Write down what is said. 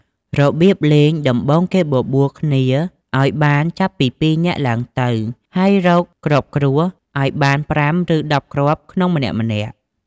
របៀបលេងដំបូងគេបបួលគ្នាឲ្យបានចាប់ពី ២ នាក់ឡើងទៅ ហើយរកគ្រាប់គ្រួសឲ្យបាន ៥ ឬ ១០ គ្រាប់ក្នុងម្នាក់ៗ។